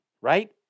right